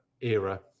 era